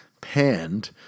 panned